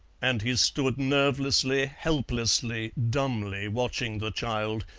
and he stood nervelessly, helplessly, dumbly watching the child,